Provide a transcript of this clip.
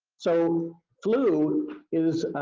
so flu is